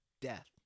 death